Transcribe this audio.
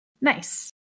Nice